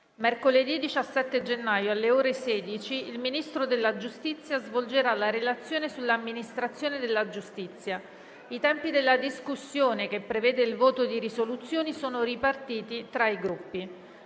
Mercoledì 17 gennaio, alle ore 16, il Ministro della giustizia svolgerà la Relazione sull'amministrazione della giustizia. I tempi della discussione, che prevede il voto di risoluzioni, sono stati ripartiti tra i Gruppi.